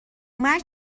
مرگ